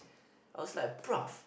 I was like prof